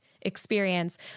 experience